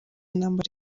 intambara